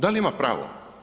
Da li ima pravo?